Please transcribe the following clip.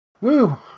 Woo